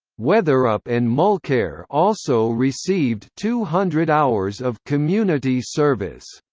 weatherup and mulcaire also received two hundred hours of community service.